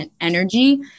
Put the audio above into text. energy